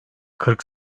kırk